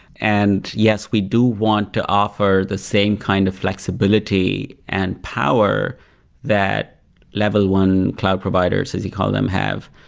and yes, we do want to offer the same kind of flexibility and power that level one cloud providers as you call them, have.